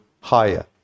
higher